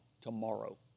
tomorrow